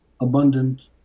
abundant